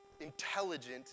intelligent